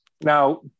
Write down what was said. Now